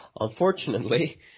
unfortunately